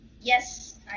Yes